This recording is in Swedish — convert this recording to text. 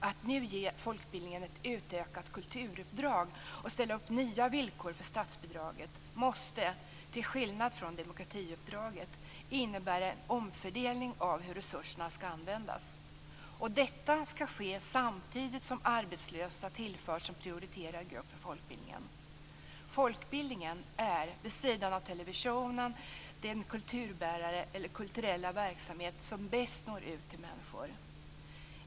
Att nu ge folkbildningen ett utökat kulturuppdrag och ställa upp nya villkor för statsbidraget måste - till skillnad från demokratiuppdraget - innebära en omfördelning av hur resurserna skall användas. Detta skall ske samtidigt som arbetslösa tillförs som prioriterad grupp för folkbildningen. Folkbildningen är - vid sidan av televisionen - den kulturbärare eller kulturella verksamhet som bäst når ut till människor.